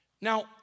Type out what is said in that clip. Now